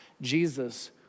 Jesus